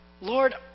Lord